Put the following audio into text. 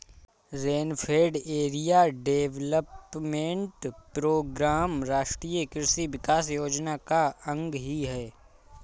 rainfed area development programme राष्ट्रीय कृषि विकास योजना का अंग ही है